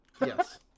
yes